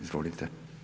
Izvolite.